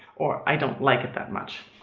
or i don't like it that much.